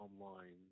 online